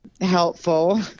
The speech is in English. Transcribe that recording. helpful